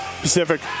Pacific